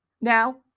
Now